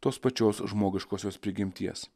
tos pačios žmogiškosios prigimties